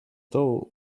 dołu